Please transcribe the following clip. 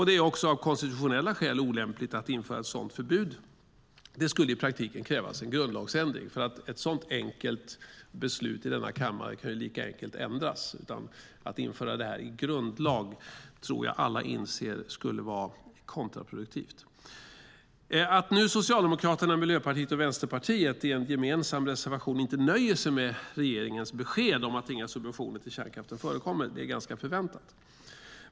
Det är också av konstitutionella skäl olämpligt att införa ett sådant förbud. Det skulle i praktiken krävas en grundlagsändring därför att ett sådant enkelt beslut i denna kammare kan ändras lika enkelt. Jag tror att alla inser att det skulle vara kontraproduktivt att införa detta i grundlag. Att Socialdemokraterna, Miljöpartiet och Vänsterpartiet nu i en gemensam reservation framför att de inte nöjer sig med regeringens besked om att inga subventioner till kärnkraften förekommer är ganska förväntat.